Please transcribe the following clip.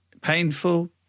painful